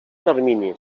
termini